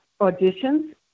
auditions